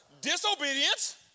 Disobedience